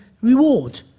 reward